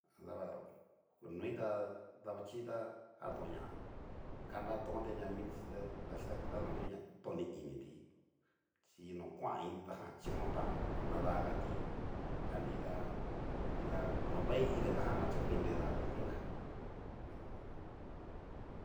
A daba noi ta, davaxichi taton ña, nratonti anria miti davaxhichita no noi na kutoni initi chi no kuan iinti ta jan chiko tan nadagati, ta nrida nrida no vei inkati ta jan na chokuin nidati onka.